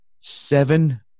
Seven